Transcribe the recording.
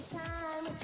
time